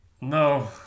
no